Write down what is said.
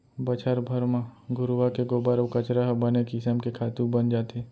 बछर भर म घुरूवा के गोबर अउ कचरा ह बने किसम के खातू बन जाथे